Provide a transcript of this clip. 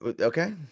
Okay